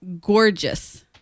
gorgeous